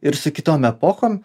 ir su kitom epochom